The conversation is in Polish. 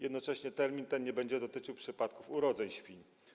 Jednocześnie termin ten nie będzie dotyczył przypadków urodzeń świń.